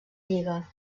lliga